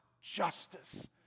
justice